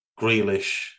Grealish